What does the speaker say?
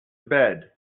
bed